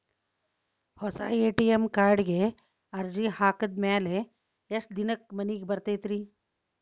ಹೊಸಾ ಎ.ಟಿ.ಎಂ ಕಾರ್ಡಿಗೆ ಅರ್ಜಿ ಹಾಕಿದ್ ಮ್ಯಾಲೆ ಎಷ್ಟ ದಿನಕ್ಕ್ ಮನಿಗೆ ಬರತೈತ್ರಿ?